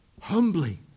humbly